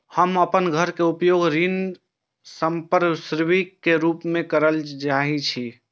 हम अपन घर के उपयोग ऋण संपार्श्विक के रूप में करल चाहि छी